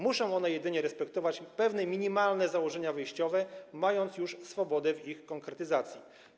Muszą one jedynie respektować pewne minimalne założenia wyjściowe, mając już swobodę w ich konkretyzacji.